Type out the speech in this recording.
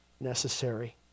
necessary